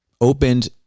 opened